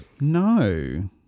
no